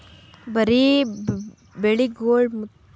ಬರೀ ಬೆಳಿಗೊಳ್ ಮತ್ತ ಪ್ರಾಣಿಗೊಳ್ ಅಷ್ಟೆ ಅಲ್ಲಾ ಹೊಲ ತೋಗೋ ಸಲೆಂದನು ಸಾಲ ಮಾಡ್ತಾರ್